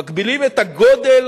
מגבילים את הגודל